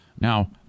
Now